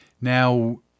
Now